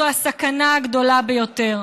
זו הסכנה הגדולה ביותר.